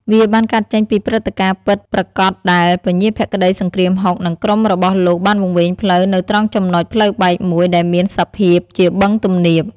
វាបានកើតចេញពីព្រឹត្តិការណ៍ពិតប្រាកដដែល ពញាភក្តីសង្គ្រាមហុក និងក្រុមរបស់លោកបានវង្វេងផ្លូវនៅត្រង់ចំណុចផ្លូវបែកមួយ ដែលមានសភាពជាបឹងទំនាប។